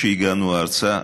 כשהגענו ארצה,